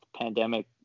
pandemic